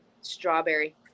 Strawberry